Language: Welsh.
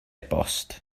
bost